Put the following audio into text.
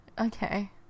Okay